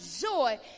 joy